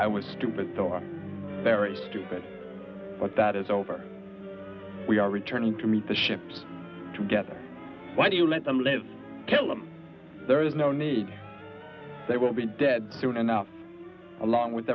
i was stupid thought very stupid but that is over we are returning to meet the ships together why do you let them live kellam there is no need they will be dead soon enough along with